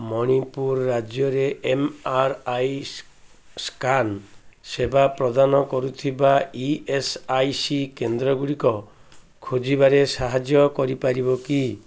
ମଣିପୁର ରାଜ୍ୟରେ M R I scan ସେବା ପ୍ରଦାନ କରୁଥିବା ଇ ଏସ୍ ଆଇ ସି କେନ୍ଦ୍ରଗୁଡ଼ିକ ଖୋଜିବାରେ ସାହାଯ୍ୟ କରିପାରିବ କି